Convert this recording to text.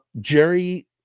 Jerry